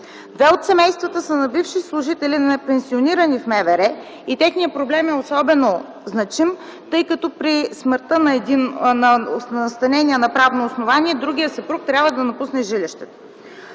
Две от семействата са на бивши служители, пенсионирани в МВР, и техният проблем е особено значим, тъй като при смъртта на настанения на правно основание другият съпруг трябва да напусне жилището.